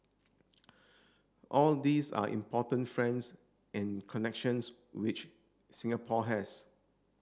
all these are important friends and connections which Singapore has